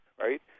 right